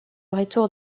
retour